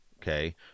Okay